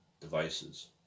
devices